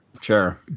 Sure